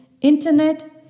Internet